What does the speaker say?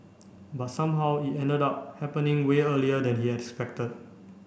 but somehow it ended up happening way earlier than he'd expected